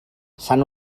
sant